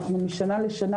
אנחנו משנה לשנה,